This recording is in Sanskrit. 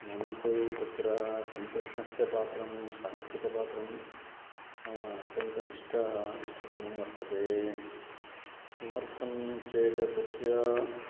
मम तु तत्र संकृष्णस्य पात्रं साहित्यिकपात्रं मम अत्यन्तम् इष्टम् इष्टतमं वर्तते किमर्थं चेत् तस्य